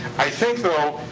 i think, though,